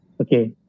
okay